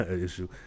issue